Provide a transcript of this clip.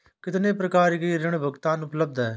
कितनी प्रकार के ऋण भुगतान उपलब्ध हैं?